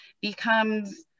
becomes